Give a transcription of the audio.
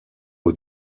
aux